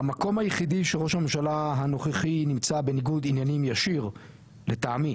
המקום היחידי שראש הממשלה הנוכחי נמצא בניגוד עניינים ישיר לטעמי,